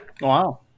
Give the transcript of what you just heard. wow